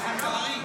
זה מה שמעניין אתכם.